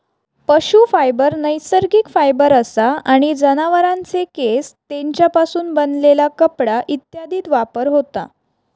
पशू फायबर नैसर्गिक फायबर असा आणि जनावरांचे केस, तेंच्यापासून बनलेला कपडा इत्यादीत वापर होता